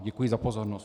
Děkuji za pozornost.